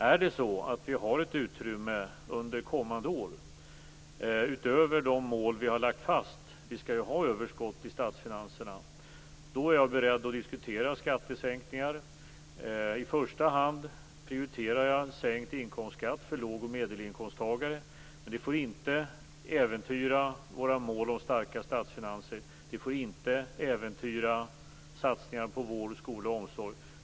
Är det så att det finns ett utrymme under kommande år utöver de mål vi har lagt fast - vi skall ju ha överskott i statsfinanserna - är jag beredd att diskutera skattesänkningar. I första hand prioriterar jag sänkt inkomstskatt för låg och medelinkomsttagare. Men det får inte äventyra våra mål om starka statsfinanser. Det får inte äventyra satsningar på vård, skola och omsorg.